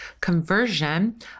conversion